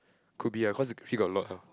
could be ah cause here got lot ah